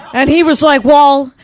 and he was like, well,